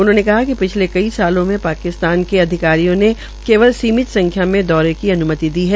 उन्होंने कहा कि पिछले कई सालों में पाकिस्तान के अधिकारियों ने कई केवल सीमित संख्या में दौरे की अन्मति दी है